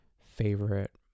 favorite